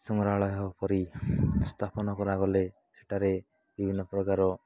ସଂଗ୍ରହାଳୟ ପରି ସ୍ଥାପନ କରାଗଲେ ସେଠାରେ ବିଭିନ୍ନପ୍ରକାର